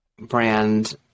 brand